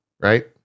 right